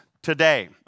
today